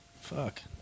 fuck